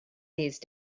these